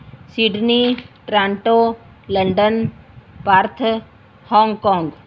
Sydney Toronto London Perth Hong Kong